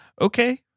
Okay